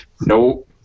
No